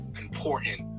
Important